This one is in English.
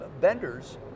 vendors